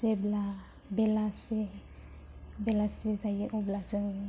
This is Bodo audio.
जेब्ला बेलासे बेलासे जायो अब्ला जों